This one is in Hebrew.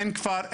אין כפר,